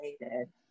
related